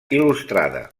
il·lustrada